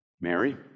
Mary